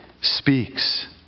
speaks